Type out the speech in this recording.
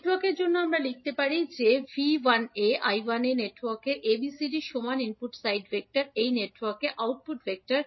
নেটওয়ার্কের জন্য আমরা লিখতে পারি যেমন নেটওয়ার্কের ABCD সমান ইনপুট সাইড ভেক্টর সেই নেটওয়ার্ক এ এর আউটপুট ভেক্টর